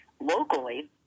locally